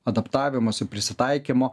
adaptavimosi prisitaikymo